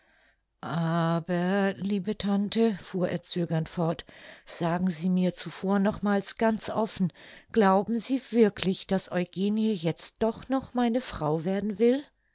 aber liebe tante fuhr er zögernd fort sagen sie mir zuvor nochmals ganz offen glauben sie wirklich daß eugenie jetzt doch noch meine frau werden will